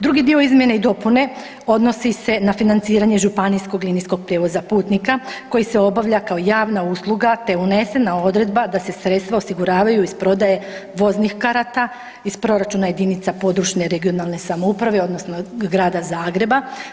Drugi dio izmjene i dopune odnosi se na financiranje županijskog linijskog prijevoza putnika koji se obavlja kao javna usluga, te je unesena odredba da se sredstva osiguravaju iz prodaje voznih karata iz proračuna jedinica područne (regionalne) samouprave odnosno grada Zagreba.